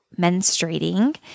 menstruating